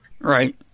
Right